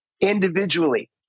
individually